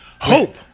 Hope